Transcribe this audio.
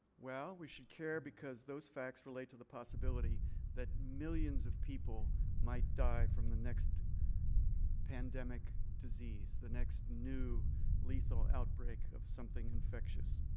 well, we should care because those facts relate to the possibility that millions of people might die from the next pandemic disease, the next new lethal outbreak of something infectious.